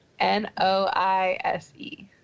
N-O-I-S-E